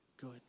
good